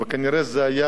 וכנראה זו היתה